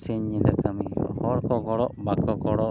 ᱥᱤᱧᱼᱧᱤᱫᱟᱹ ᱠᱟᱹᱢᱤ ᱦᱩᱭᱩᱜᱼᱟ ᱦᱚᱲᱠᱚ ᱜᱚᱲᱚᱜ ᱵᱟᱠᱚ ᱜᱚᱲᱚᱜ